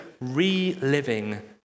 reliving